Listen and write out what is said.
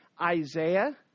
Isaiah